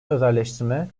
özelleştirme